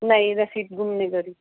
نہیں رسید گم نہیں کری